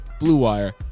BLUEWIRE